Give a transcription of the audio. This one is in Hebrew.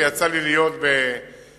ויצא לי להיות בעראבה,